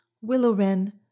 willow-wren